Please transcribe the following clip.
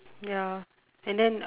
ya and then uh